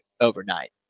overnight